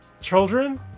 children